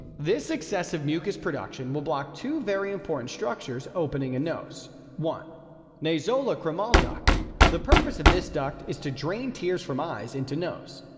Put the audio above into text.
this excessive mucus production will block two very important structures opening in nose. one nasolacrimal duct the purpose of this duct is to drain tears from eyes into nose.